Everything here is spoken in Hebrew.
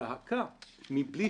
העמדה לרשות הציבור